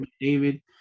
david